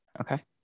Okay